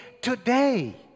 today